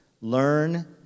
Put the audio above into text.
learn